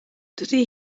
dydy